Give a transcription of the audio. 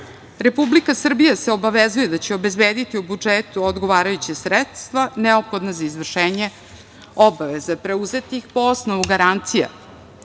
banke. Republika Srbija se obavezuje da će obezbediti u budžetu odgovarajuća sredstva neophodna za izvršenje obaveza preuzetih po osnovu garancija.